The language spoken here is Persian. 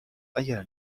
اگر